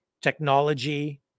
technology